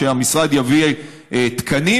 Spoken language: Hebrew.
והמשרד יביא תקנים,